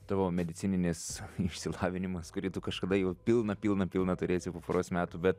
tavo medicininis išsilavinimas kurį tu kažkada jau pilną pilną pilną turėsiu po poros metų bet